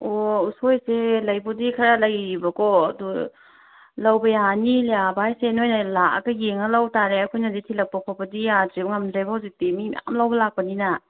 ꯑꯣ ꯎꯁꯣꯏꯁꯦ ꯂꯩꯕꯨꯗꯤ ꯈꯔ ꯂꯩꯔꯤꯑꯦꯕꯀꯣ ꯑꯗꯣ ꯂꯧꯕ ꯌꯥꯅꯤ ꯌꯥꯕ ꯍꯥꯏꯁꯦ ꯅꯣꯏꯅ ꯂꯥꯛꯑꯒ ꯌꯦꯡꯉ ꯂꯧꯕ ꯇꯥꯔꯦ ꯑꯩꯈꯣꯏꯅꯗꯤ ꯊꯤꯟꯂꯛꯄ ꯈꯣꯠꯂꯛꯄꯗꯤ ꯌꯥꯗ꯭ꯔꯦ ꯉꯝꯗ꯭ꯔꯦꯕ ꯍꯧꯖꯤꯛꯇꯤ ꯃꯤ ꯃꯌꯥꯝ ꯂꯧꯕ ꯂꯥꯛꯄꯅꯤꯅ